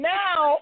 now